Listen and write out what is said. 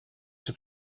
czy